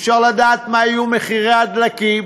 אי-אפשר לדעת מה יהיו מחירי הדלקים.